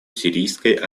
сирийской